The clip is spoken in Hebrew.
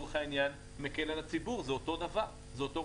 דבר שמקל על הציבור, אותו רציונל.